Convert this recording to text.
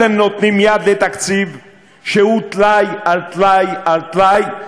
אתם נותנים יד לתקציב שהוא טלאי על טלאי על טלאי,